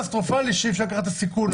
קטסטרופלי כזה שאי-אפשר לקחת את הסיכון.